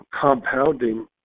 compounding